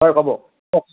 হয় ক'ব কওক